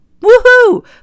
woohoo